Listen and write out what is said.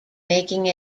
making